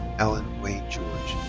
alan wayne george.